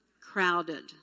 Crowded